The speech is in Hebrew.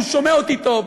והוא שומע אותי טוב: